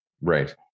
Right